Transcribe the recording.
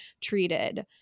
treated